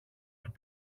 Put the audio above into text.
του